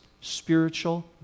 spiritual